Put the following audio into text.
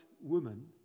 woman